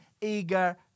eager